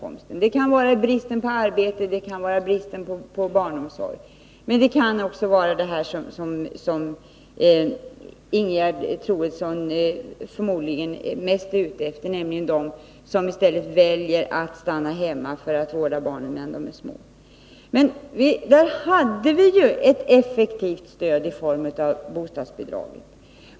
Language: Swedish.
Anledningen till det kan vara bristen på arbete eller bristen på barnomsorg, men det kan också vara att man — det är förmodligen den som Ingegerd Troedsson mest tänker på — väljer att stanna hemma för att vårda barnen när de är små. Men för de familjerna hade vi ett effektivt stöd i form av bostadsbidraget.